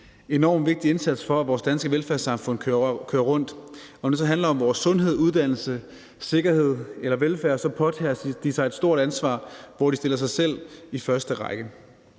en enormt vigtig indsats, for at vores danske velfærdssamfund kører rundt, og når det så handler om vores sundhed, uddannelse, sikkerhed eller velfærd, påtager de sig et stort ansvar, hvor de stiller sig selv i første række.